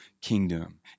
kingdom